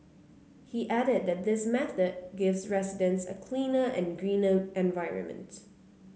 he added that this method gives residents a cleaner and greener environment